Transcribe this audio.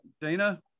Dana